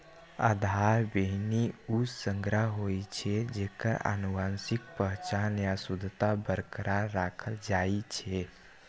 आधार बीहनि ऊ संग्रह होइ छै, जेकर आनुवंशिक पहचान आ शुद्धता बरकरार राखल जाइ छै